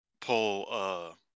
pull